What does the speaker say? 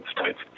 states